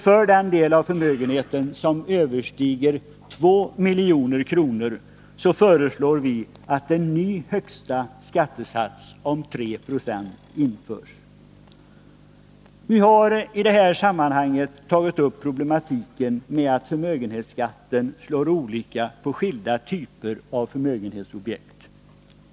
För den del av förmögenheten som överstiger 2 milj.kr. föreslår vi att en ny högsta skattesats om 3 26 införs. Vi har i det här sammanhanget tagit upp problematiken med att förmögenhetsskatten slår olika på skilda typer av förmögenhetsobjekt.